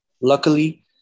luckily